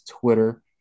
Twitter